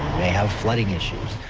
they have flooding issues.